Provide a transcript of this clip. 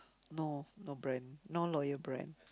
no no brand no loyal brand